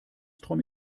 träume